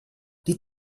die